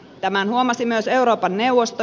tämän huomasi myös euroopan neuvosto